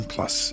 Plus